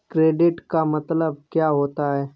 Credit का मतलब क्या होता है?